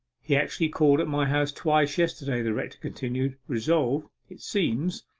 he actually called at my house twice yesterday the rector continued, resolved, it seems,